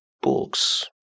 books